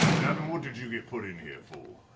davin, what did you get put in here for?